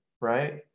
right